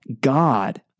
God